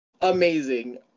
Amazing